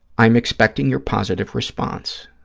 i am expecting your positive response.